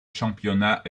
championnat